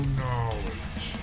knowledge